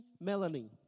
Melanie